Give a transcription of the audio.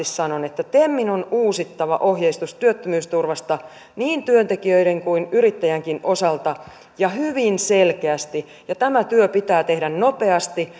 sanon että temin on uusittava ohjeistus työttömyysturvasta niin työntekijöiden kuin yrittäjänkin osalta ja hyvin selkeästi tämä työ pitää tehdä nopeasti